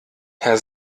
herr